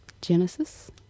Genesis